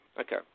Okay